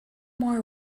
more